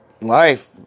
life